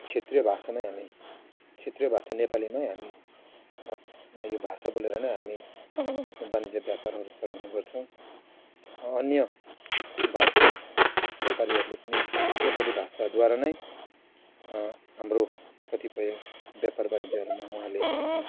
क्षेत्रीय भाषा नै हामी क्षेत्रीय भाषा नेपाली नै हामी यो भाषा बोलेर नै हामी आफ्नो वाणिज्य व्यापारहरू चलाउने गर्छौँ अन्य भाषिक व्यापारीहरूले पनि नेपाली भाषाद्वारा नै हाम्रो कतिपय व्यापार वाणिज्यहरूमा उहाँले आफ्नो